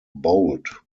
bold